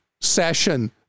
session